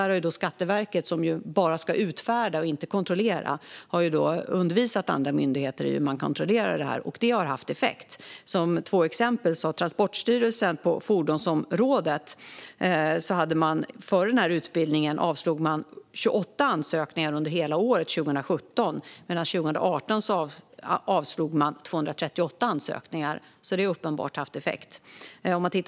Skatteverket, som bara ska utfärda samordningsnummer och inte kontrollera, har undervisat andra myndigheter i hur man kontrollerar det här. Detta har haft effekt. Jag ska ta två exempel. Före den här utbildningen avslog Transportstyrelsen på fordonsområdet 28 ansökningar under hela året 2017; år 2018 avslog man 238 ansökningar.